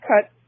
cut